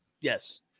Yes